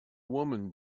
woman